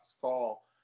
fall